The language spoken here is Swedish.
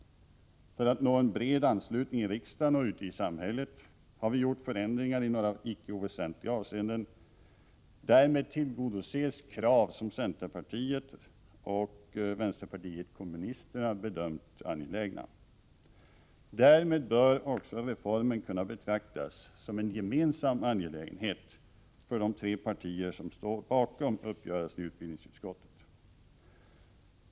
För att nå en bred anslutning i riksdagen och ute i samhället har vi gjort förändringar i några icke oväsentliga avseenden. Därmed tillgodoses krav som centerpartiet och vänsterpartiet kommunisterna bedömt vara angelägna. Därmed bör också reformen kunna betraktas som en gemensam angelägenhet för de tre partier som står bakom uppgörelsen i utbildningsutskottet.